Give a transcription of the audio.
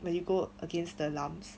when you go against the lumps